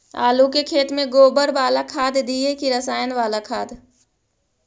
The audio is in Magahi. आलू के खेत में गोबर बाला खाद दियै की रसायन बाला खाद?